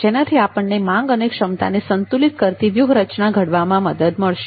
જેનાથી આપણને માંગ અને ક્ષમતાને સંતુલિત કરતી વ્યૂહરચના ધડવામા મદદ મળશે